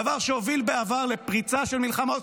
דבר שהוביל בעבר לפריצה של מלחמה עוד